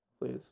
Please